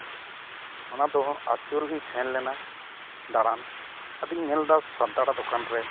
ᱚᱱᱟ ᱫᱚ ᱟᱪᱩᱨᱚᱜ ᱤᱧ ᱥᱮᱱ ᱞᱮᱱᱟ ᱫᱟᱬᱟᱱ ᱟᱫᱚᱧ ᱧᱮᱞᱫᱟ ᱥᱟᱱᱛᱟᱲᱟᱜ ᱫᱚᱠᱟᱱ ᱨᱮ